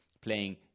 playing